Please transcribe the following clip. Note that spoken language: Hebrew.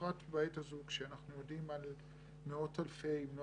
בפרט בעת הזו כשאנחנו יודעים על מאות אלפי אם לא